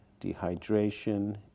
dehydration